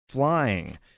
Flying